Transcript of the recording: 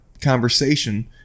conversation